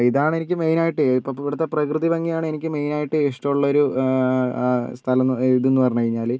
ഇതാണ് എനിക്ക് മെയിൻ ആയിട്ട് ഇപ്പോൾ ഇവിടുത്തെ പ്രകൃതി ഭംഗിയാണ് എനിക്ക് മെയിൻ ആയിട്ട് ഇഷ്ടമുള്ള ഒരു സ്ഥലം ഇതെന്ന് പറഞ്ഞു കഴിഞ്ഞാൽ